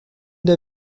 der